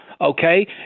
okay